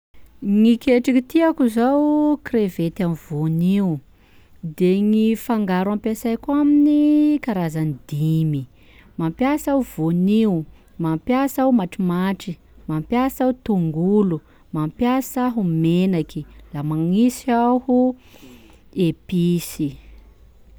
Gny ketriky tiako zao: krevety amin'ny voanio, de gny fangaro ampiasaiko aminy karazany dimy: mampiasa aho voanio, mampiasa aho matromatry, mampiasa aho tongolo, mampiasa aho menaky, lah magnisy aho episy.